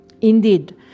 Indeed